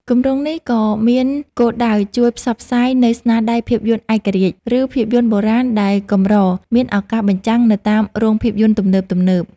គម្រោងនេះក៏មានគោលដៅជួយផ្សព្វផ្សាយនូវស្នាដៃភាពយន្តឯករាជ្យ ឬភាពយន្តបុរាណដែលកម្រមានឱកាសបញ្ចាំងនៅតាមរោងភាពយន្តទំនើបៗ។